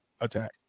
attack